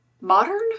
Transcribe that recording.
modern